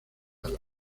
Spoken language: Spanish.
ala